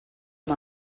amb